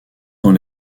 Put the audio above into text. dans